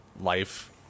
life